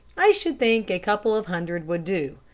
i should think a couple of hundred would do.